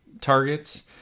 targets